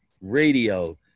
Radio